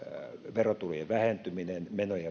verotulojen vähentyminen menojen